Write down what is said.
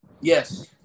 Yes